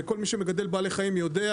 וכל מי שמגדל בעלי חיים יודע,